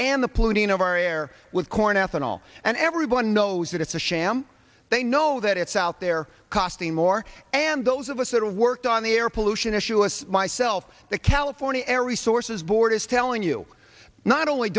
air with corn ethanol and everyone knows that it's a sham they know that it's out there costing more and those of us that have worked on the air pollution issue us myself the california air resources board is telling you not only